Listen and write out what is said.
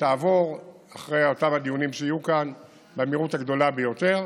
תעבור אחרי אותם הדיונים שיהיו כאן במהירות הגדולה ביותר,